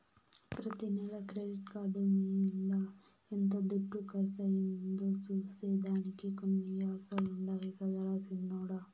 ప్రతి నెల credit card మింద ఎంత దుడ్డు కర్సయిందో సూసే దానికి కొన్ని యాపులుండాయి గదరా సిన్నోడ